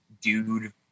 dude